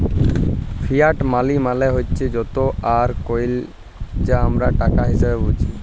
fiat মালি মালে হছে যত আর কইল যা আমরা টাকা হিসাঁবে বুঝি